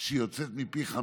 שיוצאת מפיך.